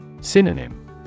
Synonym